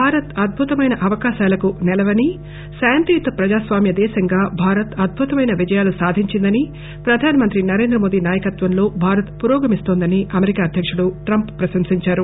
భారత్ అద్బుతమైన అవకాశాలకు నెలవనీ శాంతియుత ప్రజాస్వామ్య దేశంగా భారత్ అద్బుతమైన విజయాలు సాధించిందనీ ప్రధానమంత్రి నరేంద్రమోదీ నాయకత్వంలో భారత్ పురోగమిస్తోందని అమెరికా అధ్యకుడు ట్రంప్ ప్రశంసించారు